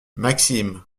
maxime